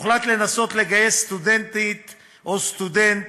הוחלט לנסות לגייס סטודנטית או סטודנט,